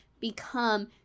become